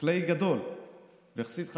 חקלאי גדול ויחסית חזק: